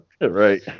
right